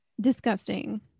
Disgusting